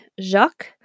Jacques